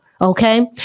Okay